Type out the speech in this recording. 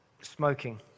Smoking